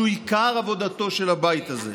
שהוא עיקר עבודתו של הבית הזה,